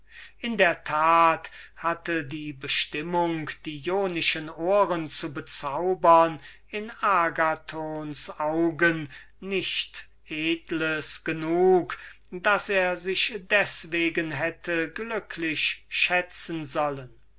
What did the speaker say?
in der tat hatte die bestimmung die jonischen ohren zu bezaubern in agathons augen nicht edels genug daß er sich deswegen hätte glücklich schätzen sollen